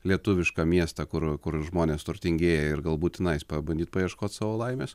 lietuvišką miestą kur kur žmonės turtingėja ir galbūt tenais pabandyt paieškot savo laimės